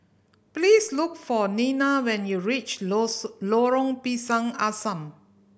please look for Nena when you reach Lorong Pisang Asam